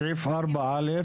סעיף (4)(א),